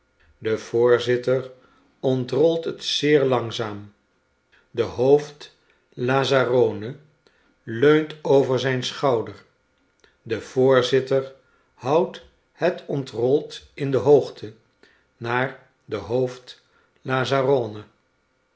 de voorzitter ontrolt het zeer langzaam de hoofd lazzarone leuntover zijn schouder de voorzitter houdt het ontrold in de hoogte naar den hoofd lazzarone